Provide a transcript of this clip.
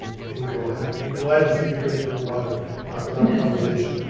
and go ahead and glad to see you drinking your water for that conversation.